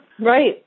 Right